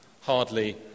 hardly